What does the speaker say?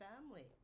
family